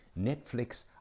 Netflix